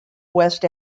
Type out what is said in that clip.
west